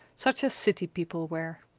such as city people wear.